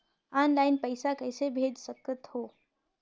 Online पइसा कइसे भेज सकत हो?